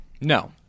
No